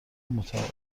مطابق